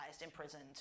imprisoned